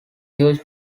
huge